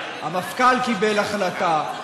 המפכ"ל קיבל החלטה.